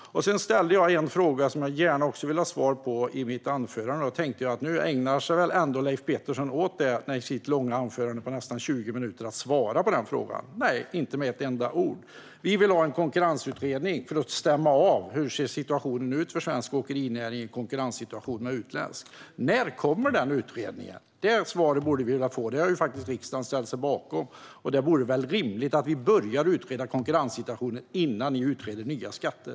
Jag ställde en fråga i mitt anförande som jag gärna vill ha svar på. Jag tänkte att nu kommer väl Leif Pettersson ändå att ägna sig åt att svara på den frågan i sitt långa anförande på nästan 20 minuter. Men nej, det gjorde han inte med ett enda ord. Vi vill ha en konkurrensutredning för att stämma av hur konkurrenssituationen ser ut för svensk åkerinäring gentemot utländska åkare. När kommer den utredningen? Det svaret borde vi kunna få. Det har riksdagen faktiskt ställt sig bakom, och det vore väl rimligt att börja utreda konkurrenssituationen innan ni utreder nya skatter.